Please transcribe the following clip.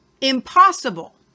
impossible